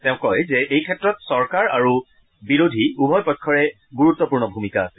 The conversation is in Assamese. তেওঁ কয় যে এই ক্ষেত্ৰত চৰকাৰ আৰু বিৰোধী উভয় পক্ষৰে গুৰুত্বপূৰ্ণ ভূমিকা আছে